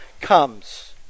comes